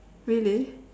really